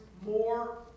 More